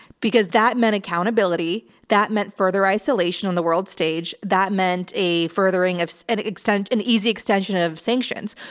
because that meant accountability. that meant further isolation on the world stage. that meant a furthering of an extent, an easy extension of sanctions.